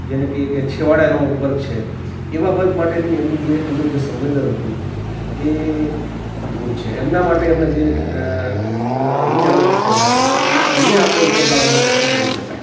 જેને કહે કે છેવાડાનો વર્ગ છે એવા વર્ગ માટેની એમની જે એમનું જે સંવેદન હતું એ અદ્ભુત છે એમના માટે એમણે જે વિચારો દર્શાવ્યા છે કે એ એમને આપણે ઉપર લાવવાં માટે શું કરી શકાય